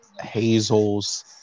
Hazel's